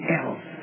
else